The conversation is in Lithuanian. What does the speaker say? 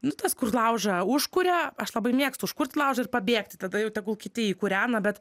nu tas kur laužą užkuria aš labai mėgstu užkurt laužą ir pabėgti tada jau tegul kiti jį kūrena bet